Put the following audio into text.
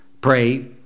pray